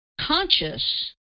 conscious